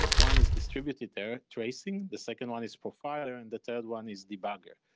one is distributed error tracing, the second one is profiler and the third one is debugger.